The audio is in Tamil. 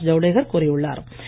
பிரகாஷ் ஜவ்டேக்கர் கூறியுள்ளார்